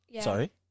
Sorry